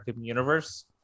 universe